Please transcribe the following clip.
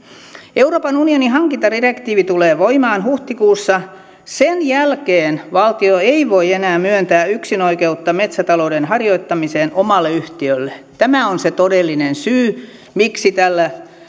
euroopan unionin hankintadirektiivi tulee voimaan huhtikuussa sen jälkeen valtio ei voi enää myöntää yksinoikeutta metsätalouden harjoittamiseen omalle yhtiölle tämä on se todellinen syy miksi tällä